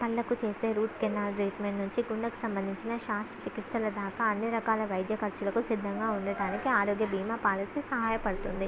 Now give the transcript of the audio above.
పళ్ళకు చేసే root canal treatment నుంచి గుండెకు సంబంధించిన శాస్త్ర చికిత్సల దాకా అన్ని రకాల వైద్య ఖర్చులకు సిద్ధంగా ఉండటానికి ఆరోగ్య భీమా పాలసీ సహాయపడుతుంది